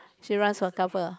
she runs for couple